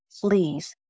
Please